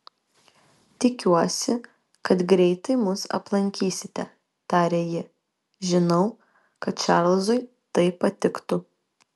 tikiuosi kad greitai mus aplankysite tarė ji žinau kad čarlzui tai patiktų